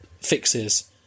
fixes